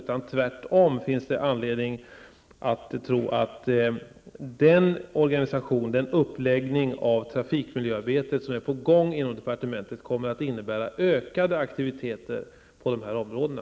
Det finns tvärtom anledning att tro att den uppläggning av trafikmiljöarbetet som är på gång inom departementet kommer att innebära ökade aktiviteter på de här områdena.